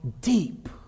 deep